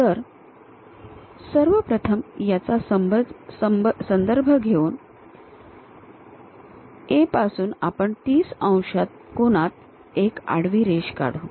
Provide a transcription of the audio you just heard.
तर सर्वप्रथम याचा संदर्भ घेऊन A पासून आपण ३० अंश कोनात एक आडवी रेष काढू